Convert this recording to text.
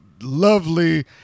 lovely